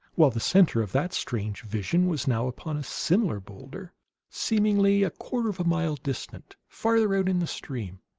while the center of that strange vision was now upon a similar boulder seemingly quarter of a mile distant, farther out in the stream.